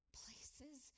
places